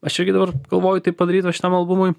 aš irgi dabar galvoju taip padaryt va šitam albumui